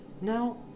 Now